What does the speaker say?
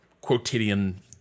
quotidian